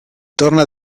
torna